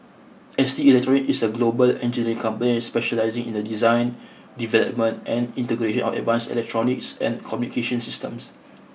S T Electronics is a global engineering company specialising in the design development and integration of advanced electronics and communications systems